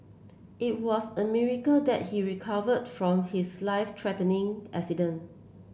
it was a miracle that he recovered from his life threatening accident